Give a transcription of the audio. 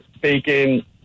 bacon